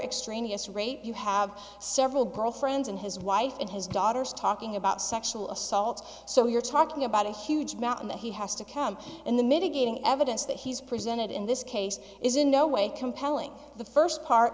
extraneous rape you have several brought friends and his wife and his daughters talking about sexual assaults so you're talking about a huge amount and that he has to come in the mitigating evidence that he's presented in this case is in no way compelling the first part